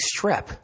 strep